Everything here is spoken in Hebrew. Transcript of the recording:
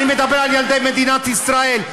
אני מדבר על ילדי מדינת ישראל,